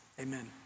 Amen